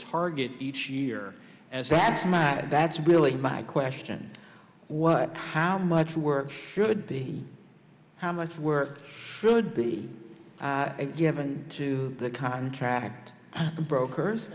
target each year as that's my that's really my question what how much work should be how much were good be given to the contract brokers